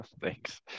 Thanks